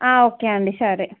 okay అండి సరే